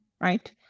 right